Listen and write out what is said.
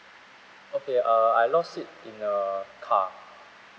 okay err I lost it in a car